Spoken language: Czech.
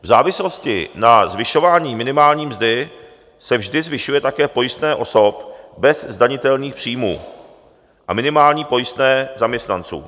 V závislosti na zvyšování minimální mzdy se vždy také zvyšuje pojistné osob bez zdanitelných příjmů a minimální pojistné zaměstnanců.